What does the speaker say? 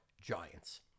Giants